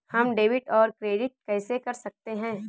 हम डेबिटऔर क्रेडिट कैसे कर सकते हैं?